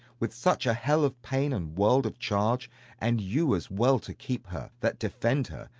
with such a hell of pain and world of charge and you as well to keep her that defend her,